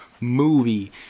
movie